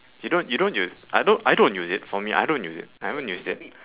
you don't you don't you I don't I don't use it for me I don't use it I haven't used it